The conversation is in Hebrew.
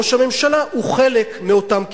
ראש הממשלה הוא חלק מאותם קיצונים.